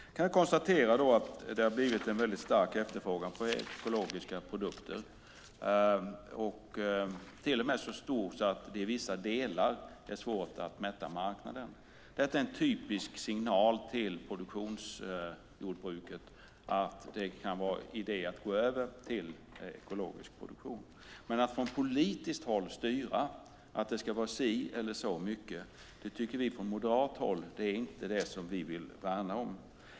Jag kan konstatera att det har blivit en väldigt stark efterfrågan på ekologiska produkter, till och med så stor att det i vissa delar är svårt att mätta marknaden. Detta är en typisk signal till produktionsjordbruket att det kan vara idé att gå över till ekologisk produktion. Men att från politiskt håll styra att det ska vara si eller så mycket, det tycker vi från moderat håll inte är vad vi vill värna om.